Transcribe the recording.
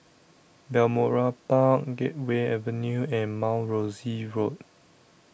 Balmoral Park Gateway Avenue and Mount Rosie Road